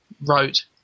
wrote